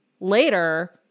later